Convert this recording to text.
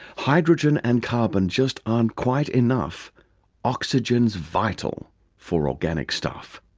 hydrogen and carbon just aren't quite enough oxygen's vital for organic stuff.